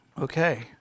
Okay